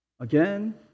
Again